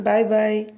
Bye-bye